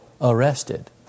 arrested